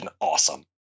awesome